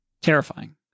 terrifying